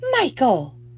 Michael